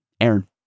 Aaron